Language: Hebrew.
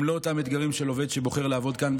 הם לא אותם אתגרים של עובד שבוחר לעבוד כאן,